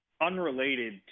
unrelated